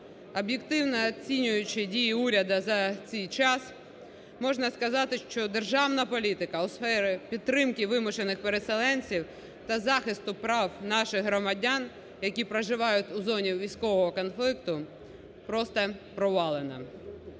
Об'єктивно оцінюючи дії уряду за цей час, можна сказати, що державна політика у сфері підтримки вимушених переселенців та захисту прав наших громадян, які проживають у зоні військового конфлікту, просто провалена.